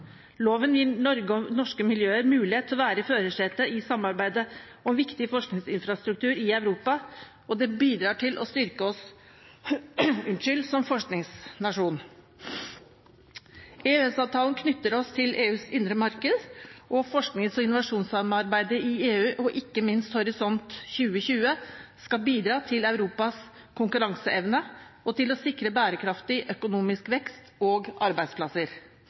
Loven gir Norge og norske miljøer mulighet til å være i førersetet i samarbeidet om viktig forskningsinfrastruktur i Europa, og den bidrar til å styrke oss som forskningsnasjon. EØS-avtalen knytter oss til EUs indre marked. Forsknings- og innovasjonssamarbeidet i EU, og ikke minst Horisont 2020, skal bidra til Europas konkurranseevne og til å sikre bærekraftig økonomisk vekst og arbeidsplasser.